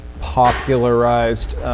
popularized